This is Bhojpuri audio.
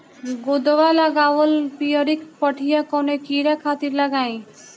गोदवा लगवाल पियरकि पठिया कवने कीड़ा खातिर लगाई?